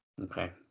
Okay